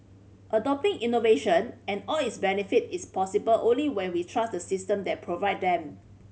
adopting innovation and all its benefit is possible only when we trust the system that provide them